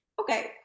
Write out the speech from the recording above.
Okay